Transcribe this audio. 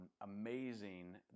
amazing